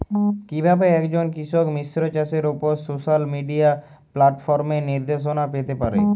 কিভাবে একজন কৃষক মিশ্র চাষের উপর সোশ্যাল মিডিয়া প্ল্যাটফর্মে নির্দেশনা পেতে পারে?